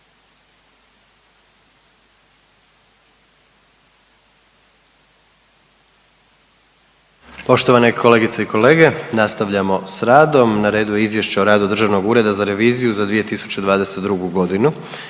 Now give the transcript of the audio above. Poštovane kolegice i kolege, nastavljamo s radom. Na redu je: - Izvješće Državnog ureda za reviziju za 2022.g.